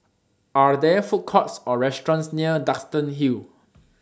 Are There Food Courts Or restaurants near Duxton Hill